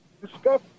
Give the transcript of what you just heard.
discuss